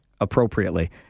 appropriately